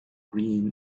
green